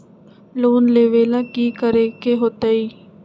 Loan लेवेला की करेके होतई?